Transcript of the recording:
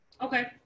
Okay